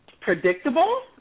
predictable